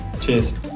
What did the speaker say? Cheers